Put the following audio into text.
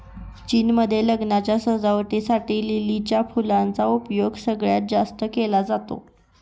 चीन मध्ये लग्नाच्या सजावटी साठी लिलीच्या फुलांचा उपयोग सगळ्यात जास्त केला जातो